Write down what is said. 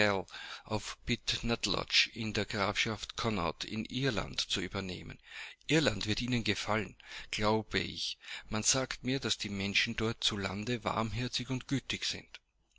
in der grafschaft connaught in irland zu übernehmen irland wird ihnen gefallen glaube ich man sagt mir daß die menschen dort zu lande warmherzig und gütig sind